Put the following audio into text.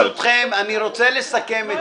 ברשותכם, אני רוצה לסכם.